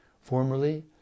Formerly